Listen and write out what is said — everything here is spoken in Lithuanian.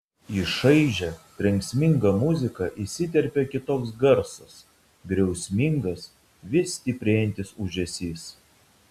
į šaižią trenksmingą muziką įsiterpia kitoks garsas griausmingas vis stiprėjantis ūžesys